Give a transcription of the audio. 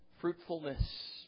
fruitfulness